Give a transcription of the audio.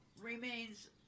remains